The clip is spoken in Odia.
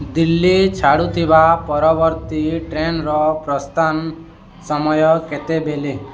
ଦିଲ୍ଲୀ ଛାଡ଼ୁଥିବା ପରବର୍ତ୍ତୀ ଟ୍ରେନ୍ର ପ୍ରସ୍ଥାନ ସମୟ କେତେବେଲେ